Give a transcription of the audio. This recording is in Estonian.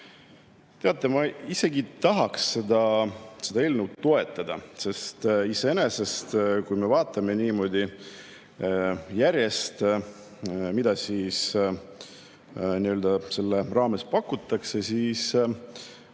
Teate, ma isegi tahaksin seda eelnõu toetada, sest iseenesest, kui me vaatame niimoodi järjest, mida selle raames pakutakse, siis